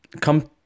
come